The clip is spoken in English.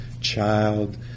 child